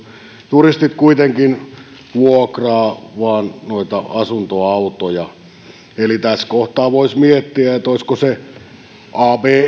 turistit kuitenkin vuokraavat vain noita asuntoautoja eli tässä kohtaa voisi miettiä olisiko se abe